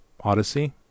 Odyssey